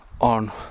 on